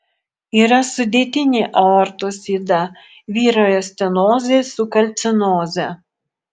yra sudėtinė aortos yda vyrauja stenozė su kalcinoze